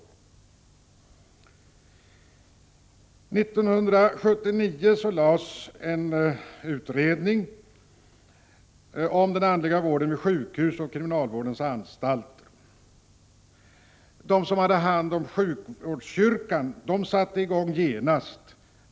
1979 förelåg en utredning om den andliga vården vid sjukhus och kriminalvårdens anstalter. De som hade hand om sjukvårdskyrkan satte i gång genast.